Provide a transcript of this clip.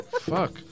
Fuck